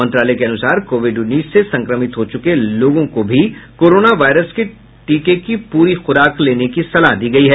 मंत्रालय के अनुसार कोविड उन्नीस से संक्रमित हो चुके लोगों को भी कोरोना वायरस के टीके की पूरी खुराक लेने की सलाह दी गई है